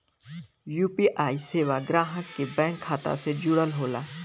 UPI सेवा ग्राहक के बैंक खाता से जुड़ल होला